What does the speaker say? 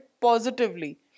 positively